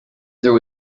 there